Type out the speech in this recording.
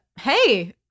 hey